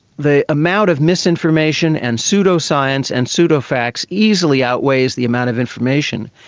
the amount of misinformation and pseudoscience and pseudo-facts easily outweighs the amount of information.